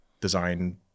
design